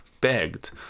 begged